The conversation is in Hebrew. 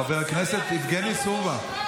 חבר הכנסת יבגני סובה.